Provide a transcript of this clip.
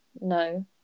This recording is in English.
No